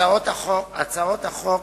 הצעות החוק